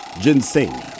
Ginseng